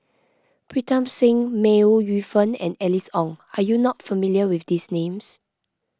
Pritam Singh May Ooi Yu Fen and Alice Ong are you not familiar with these names